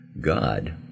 God